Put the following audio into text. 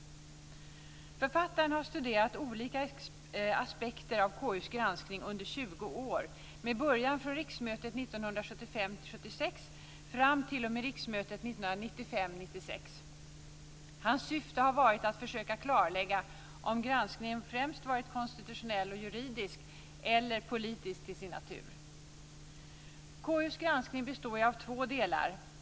Författaren har studerat olika aspekter på KU:s granskning under 20 år med början riksmötet 1975 96. Hans syfte har varit att försöka klarlägga om granskningen främst varit konstitutionell och juridisk eller politisk till sin natur. KU:s granskning består ju av två delar.